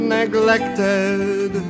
neglected